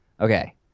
Okay